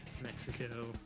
Mexico